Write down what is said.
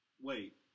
Wait